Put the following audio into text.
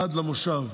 עד למושב,